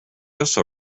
also